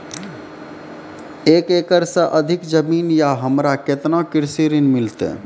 एक एकरऽ से अधिक जमीन या हमरा केतना कृषि ऋण मिलते?